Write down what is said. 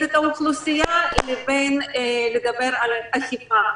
את אוכלוסייה לבין לדבר על חשיפה,